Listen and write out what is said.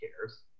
cares